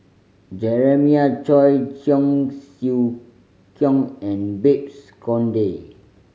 Jeremiah Choy Cheong Siew Keong and Babes Conde